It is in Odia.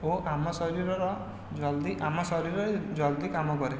ଓ ଆମ ଶରୀରର ଜଲଦି ଆମ ଶରୀରରେ ଜଲଦି କାମ କରେ